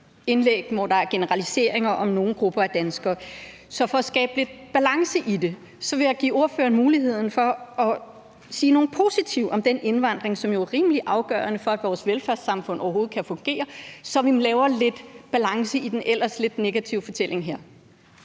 indlæg, hvor der er generaliseringer om nogle grupper af danskere. Så for at skabe lidt balance i det vil jeg give ordføreren mulighed for at sige noget positivt om den indvandring, som jo er rimelig afgørende for, at vores velfærdssamfund overhovedet kan fungere, så vi laver lidt balance i den ellers lidt negative fortælling her.